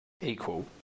equal